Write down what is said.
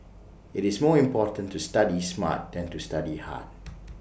IT is more important to study smart than to study hard